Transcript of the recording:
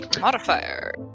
modifier